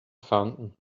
fountain